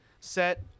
set